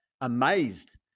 amazed